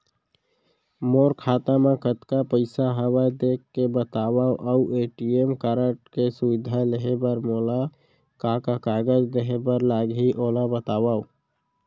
मोर खाता मा कतका पइसा हवये देख के बतावव अऊ ए.टी.एम कारड के सुविधा लेहे बर मोला का का कागज देहे बर लागही ओला बतावव?